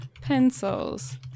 pencils